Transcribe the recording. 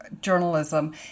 journalism